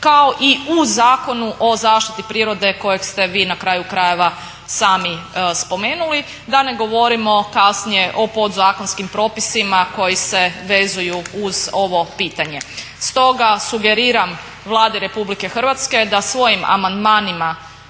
kao i u Zakonu o zaštiti prirode kojeg ste vi na kraju krajeva sami spomenuli. Da ne govorimo kasnije o podzakonskim propisima koji se vezuju uz ovo pitanje. Stoga sugeriram Vladi RH da svojim amandmanima